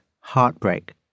Heartbreak